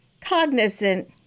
cognizant